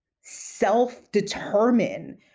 self-determine